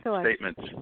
statements